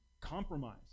compromise